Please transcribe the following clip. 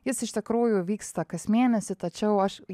jis iš tikrųjų vyksta kas mėnesį tačiau aš